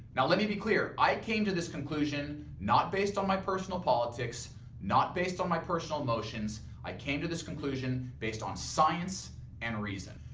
now let me be clear, i came to this conclusion, not based on my personal politics, not based on my personal emotions, i came to this conclusion based on science and reason.